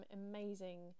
amazing